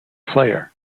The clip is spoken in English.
player